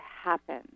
happen